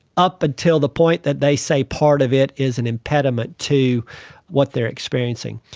up until the point that they say part of it is an impediment to what they are experiencing.